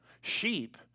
sheep